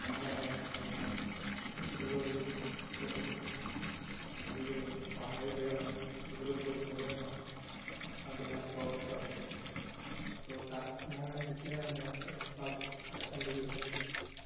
ঠাণ্ডা হয় আৰু তাত উঠিবলৈ যেতিয়া বহুত হেৰি পাহাৰীয়া জেগা হয় উঠিবলৈ বহুত পব্লেম হয় ৰাস্তাবিলাক অকোৱা পকোৱা থাকে ত' তাত মই যেতিয়া মোৰ এক্সপালছ্ বাইকখন লৈ গৈছিলোঁ